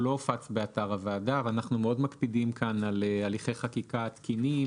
הוא לא הופץ באתר הוועדה ואנחנו מאוד מקפידים כאן על הליכי חקיקה תקינים